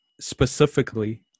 specifically